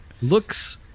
looks